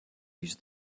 use